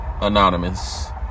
anonymous